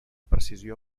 precisió